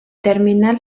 terminal